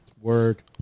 Word